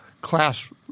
class